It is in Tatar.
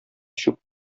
чүп